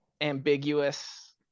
ambiguous